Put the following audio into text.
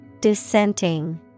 Dissenting